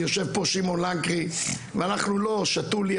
יושב פה שמעון לנקרי ואנחנו לא שתו לי,